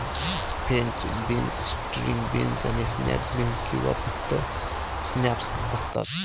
French beans, string beans आणि snap beans किंवा फक्त स्नॅप्स असतात